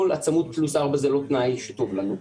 הצמוד פלוס ארבע זה לא תנאי שטוב לנו,